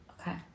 Okay